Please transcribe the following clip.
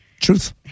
Truth